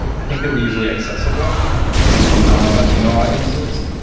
i think they were easily accessible to non-latino audiences.